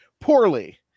poorly